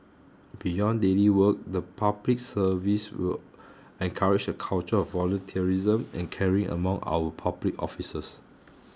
beyond daily work the public service will encourage a culture of volunteerism and caring among our public officers